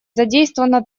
задействована